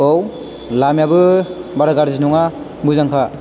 औ लामायाबो बारा गाज्रि नङा मोजांखा